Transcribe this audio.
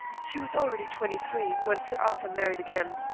she was already twenty-three when sir arthur married again.